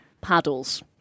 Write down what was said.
paddles